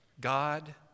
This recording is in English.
God